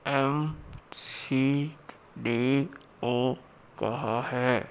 M C D O कहाँ है